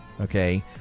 Okay